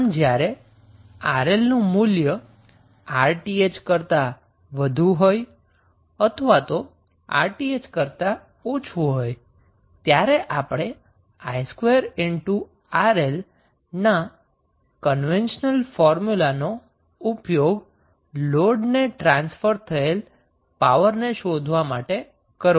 આમ જ્યારે 𝑅𝐿 નું મૂલ્ય 𝑅𝑇ℎ કરતાં વધુ હોય અથવા તો 𝑅𝑇ℎ કરતાં ઓછું હોય ત્યારે આપણે i2RL ના કન્વેશનલ ફોર્મ્યુલાનો ઉપયોગ લોડને ટ્રાન્સફર થયેલા પાવરને શોધવા માટે કરવો પડશે